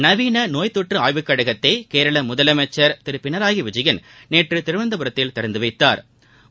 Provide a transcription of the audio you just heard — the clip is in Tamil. நவீன நோய்த் தொற்று ஆய்வுக்கழகத்தை கேரள முதலமைச்சர் திரு பினராயி விஜயன் நேற்று திருவனந்தபுரத்தில் திறந்து வைத்தாா்